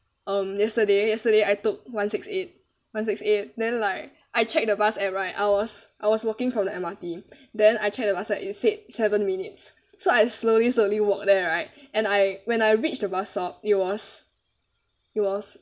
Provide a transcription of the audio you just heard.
um yesterday yesterday I took one six eight one six eight then like I check the bus app right I was I was walking from the M_R_T then I check the bus app it said seven minutes so I slowly slowly walk there right and I when I reach the bus stop it was it was